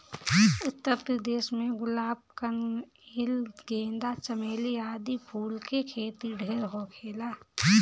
उत्तर प्रदेश में गुलाब, कनइल, गेंदा, चमेली आदि फूल के खेती ढेर होखेला